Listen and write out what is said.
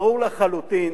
ברור לחלוטין